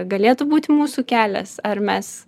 galėtų būti mūsų kelias ar mes